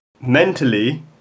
Mentally